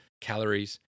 calories